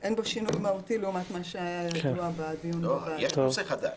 כן יש כאן נושא חדש.